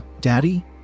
daddy